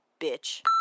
bitch